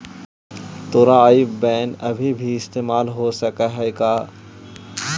तोरा आई बैन अभी भी इस्तेमाल हो सकऽ हई का?